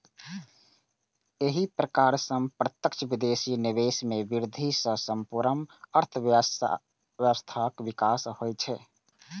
एहि प्रकार सं प्रत्यक्ष विदेशी निवेश मे वृद्धि सं संपूर्ण अर्थव्यवस्थाक विकास होइ छै